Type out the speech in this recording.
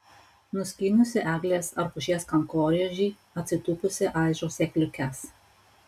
nuskynusi eglės ar pušies kankorėžį atsitūpusi aižo sėkliukes